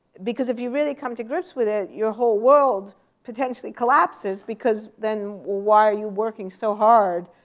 because if you really come to grips with it, your whole world potentially collapses. because then why are you working so hard?